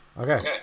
Okay